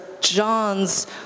Johns